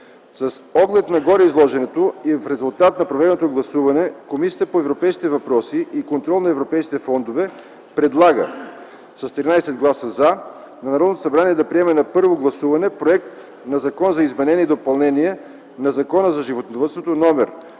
С оглед на гореизложеното и в резултат на проведеното гласуване Комисията по европейските въпроси и контрол на европейските фондове предлага с 13 гласа „за” на Народното събрание да приеме на първо гласуване проект на Закон за изменение и допълнение на Закона за животновъдството, №